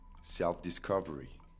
Self-discovery